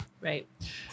Right